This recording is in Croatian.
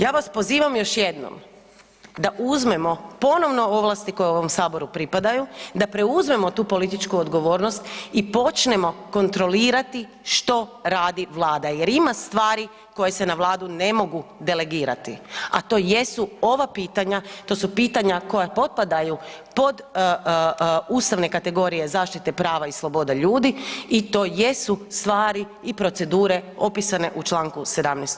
Ja vas pozivam još jednom da uzmemo ponovno ovlasti koje ovom Saboru pripadaju, da preuzmemo tu političku odgovornost i počnemo kontrolirati što radi Vlada jer ima stvari koje se na Vladu ne mogu delegirati, a to jesu ova pitanja, to su pitanja koja potpadaju pod ustavne kategorije zaštite prava i sloboda ljudi i to jesu stvari i procedure opisane u čl. 17.